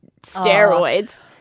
steroids